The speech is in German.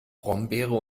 brombeere